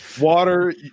Water